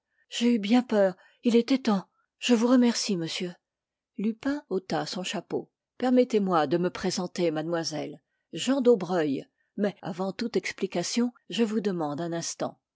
j'ai eu bien peur il était temps je vous remercie monsieur lupin ôta son chapeau permettez-moi de me présenter mademoiselle jean daubreuil mais avant toute explication je vous demande un instant